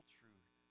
truth